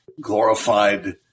glorified